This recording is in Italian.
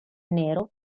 nero